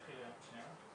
(הצגת סרטון)